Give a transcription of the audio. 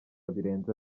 birenze